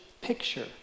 picture